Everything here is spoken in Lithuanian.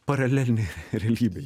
paralelinėj realybėj